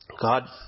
God